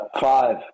five